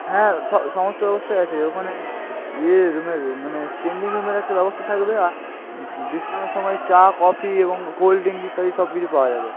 হ্যাঁ স সমস্ত ব্যবস্থাই আছে ওখানে ইয়ে মানে চেঞ্জিং রুমের একটা ব্যবস্থা থাকবে আর বিশ্রামের সময় চা কফি এবং কোল্ড ড্রিংস ইত্যাদি সব কিছু পাওয়া যাবে